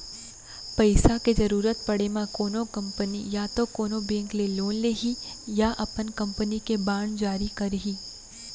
पइसा के जरुरत पड़े म कोनो कंपनी या तो कोनो बेंक ले लोन लिही या अपन कंपनी के बांड जारी करही